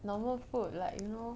normal food like you know